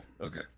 Okay